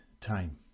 time